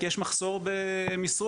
כי יש מחסור במשרות,